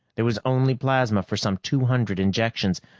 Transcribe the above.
there was only plasma for some two hundred injections,